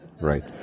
right